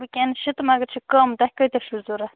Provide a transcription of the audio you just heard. وُنکٮ۪نَس چھِ تہٕ مگر چھِ کم تۄہہِ کۭتیاہ چھِو ضروٗرت